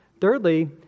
Thirdly